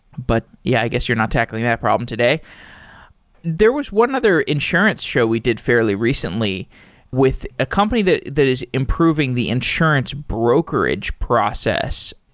but yeah, i guess you're not tackling that problem today there was one other insurance show we did fairly recently with a company that that is improving the insurance brokerage process.